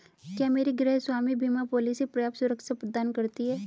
क्या मेरी गृहस्वामी बीमा पॉलिसी पर्याप्त सुरक्षा प्रदान करती है?